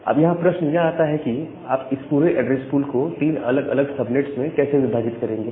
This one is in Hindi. अब यहां प्रश्न यह आता है कि आप इस पूरे एड्रेस पूल को तीन अलग अलग सबनेट्स में कैसे विभाजित करेंगे